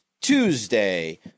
Tuesday